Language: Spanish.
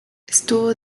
estuvo